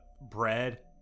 bread